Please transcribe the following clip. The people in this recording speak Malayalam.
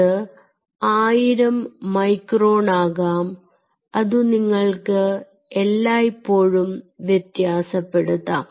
അത് 1000 മൈക്രോൺ ആകാം അതു നിങ്ങൾക്ക് എല്ലായ്പോഴും വ്യത്യാസപ്പെടുത്താം